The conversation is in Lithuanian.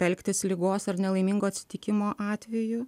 elgtis ligos ar nelaimingo atsitikimo atveju